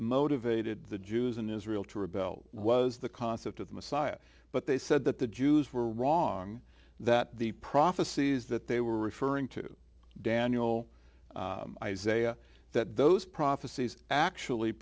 motivated the jews in israel to rebel was the concept of the messiah but they said that the jews were wrong that the prophecies that they were referring to daniel isaiah that those prophecies actually